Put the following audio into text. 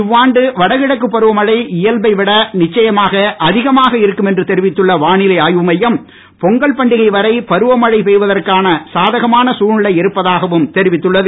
இவ்வாண்டு வடகிழக்கு பருவமழை இயல்பை விட நிச்சயமாக அதிகமாக இருக்கும் என்று தெரிவித்துள்ள வானிலை ஆய்வு மையம் பொங்கல் பண்டிகை வரை பருவமழை பெய்வதற்கான சாதகமான சூழ்நிலை இருப்பதாகவும் தெரிவித்துள்ளது